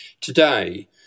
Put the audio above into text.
today